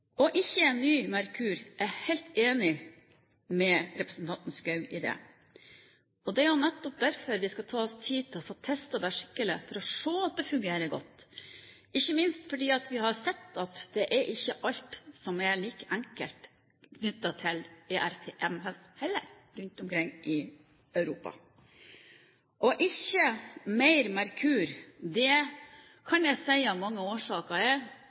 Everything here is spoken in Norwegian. Ikke ny Merkur – jeg er helt enig med representanten Schou i det. Det er jo nettopp derfor vi skal ta oss tid til å få testet dette skikkelig, for å se at det fungerer godt, ikke minst fordi vi har sett at det ikke er alt som er like enkelt knyttet til ERTMS heller rundt omkring i Europa. Ikke mer Merkur – det kan jeg si av mange årsaker. Vi har en nordlandsbane som er